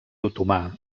otomà